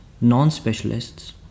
non-specialists